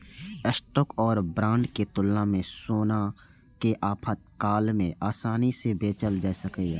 stock आ bond के तुलना मे सोना कें आपातकाल मे आसानी सं बेचल जा सकैए